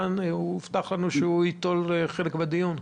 הובטח לנו שהוא ייטול חלק בדיון.